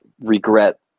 regret